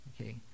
okay